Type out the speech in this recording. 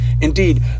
Indeed